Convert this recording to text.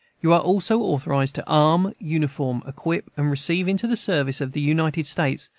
you are also authorized to arm, uniform, equip, and receive into the service of the united states,